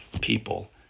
people